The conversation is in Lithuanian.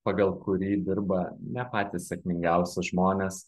pagal kurį dirba ne patys sėkmingiausi žmonės